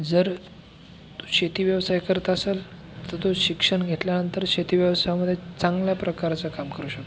जर तो शेती व्यवसाय करत असेल तर तो शिक्षण घेतल्यानंतर शेती व्यवसायमध्ये चांगल्या प्रकारचं काम करू शकतो